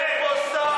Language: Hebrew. אין פה שר,